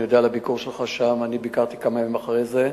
אני יודע על הביקור שלך שם ואני ביקרתי שם כמה ימים לאחר מכן.